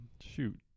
shoot